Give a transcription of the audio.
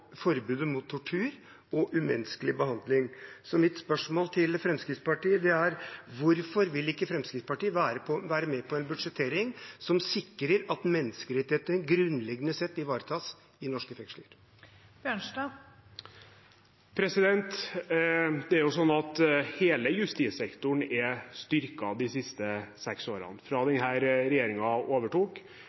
forbudet mot tortur og umenneskelig behandling. Mitt spørsmål til Fremskrittspartiet er: Hvorfor vil ikke Fremskrittspartiet være med på en budsjettering som sikrer at menneskerettigheter grunnleggende sett ivaretas i norske fengsler? Hele justissektoren er styrket de siste seks årene. Fra denne regjeringen overtok,